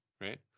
right